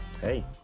Hey